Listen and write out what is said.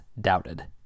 doubted